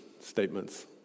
statements